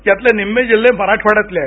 यातले निम्मे जिल्हे मराठवाङ्यातले आहेत